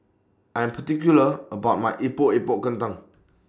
I Am particular about My Epok Epok Kentang